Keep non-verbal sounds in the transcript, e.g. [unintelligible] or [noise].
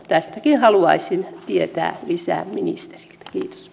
[unintelligible] tästäkin haluaisin tietää lisää ministeriltä